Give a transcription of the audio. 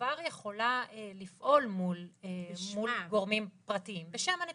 כבר יכולה לפעול מול גורמים פרטיים, בשם הנציבות,